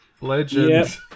Legend